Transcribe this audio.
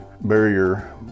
barrier